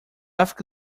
áfrica